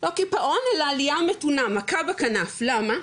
לא קיפאון, אלא עלייה מתונה, מכה בכנף, למה?